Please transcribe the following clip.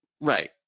right